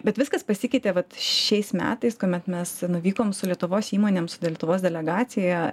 bet viskas pasikeitė vat šiais metais kuomet mes nuvykom su lietuvos įmonėm su lietuvos delegacija